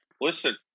listen